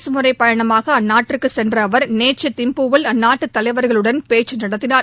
அரசுமுறைப் பயணமாக அந்நாட்டுக்கு சென்ற அவர் நேற்று திம்புவில் அந்நாட்டு தலைவர்களுடன் பேச்சு நடத்தினார்